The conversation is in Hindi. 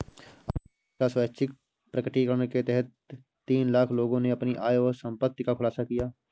आय योजना का स्वैच्छिक प्रकटीकरण के तहत तीन लाख लोगों ने अपनी आय और संपत्ति का खुलासा किया